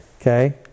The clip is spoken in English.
okay